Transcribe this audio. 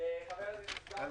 חבר הכנסת גפני.